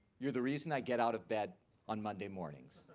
you're the reason i get out of bed on monday mornings.